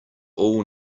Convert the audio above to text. all